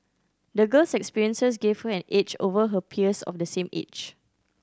the girl's experiences gave her an edge over her peers of the same age